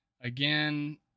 Again